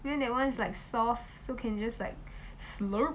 that one is like soft so can just like slurp